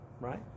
right